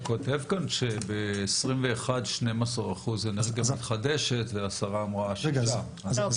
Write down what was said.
אתה כותב כאן שב-2021 12% אנרגיה מתחדשת והשרה אמרה 6%. לא,